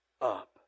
up